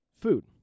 food